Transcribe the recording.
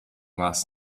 last